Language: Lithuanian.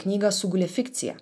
knygą sugulė fikcija